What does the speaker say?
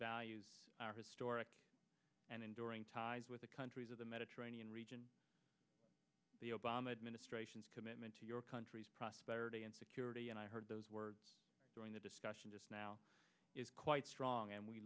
values our historic and enduring ties with the countries of the mediterranean region the obama administration's commitment to your country's prosperity and security and i heard those words during the discussion just now is quite strong and we